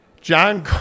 John